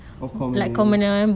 oh commoner